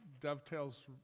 dovetails